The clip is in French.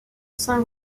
saint